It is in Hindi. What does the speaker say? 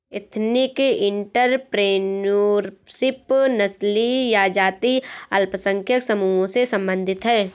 एथनिक एंटरप्रेन्योरशिप नस्लीय या जातीय अल्पसंख्यक समूहों से संबंधित हैं